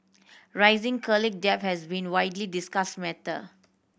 rising college debt has been a widely discussed matter